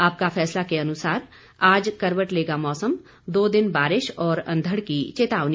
आपका फैसला के अनुसार आज करवट लेगा मौसम दो दिन बारिश और अंधड़ की चेतावनी